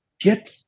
Get